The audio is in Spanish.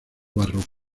barroco